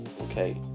Okay